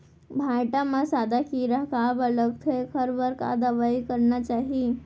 भांटा म सादा कीरा काबर लगथे एखर बर का दवई करना चाही?